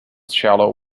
shallow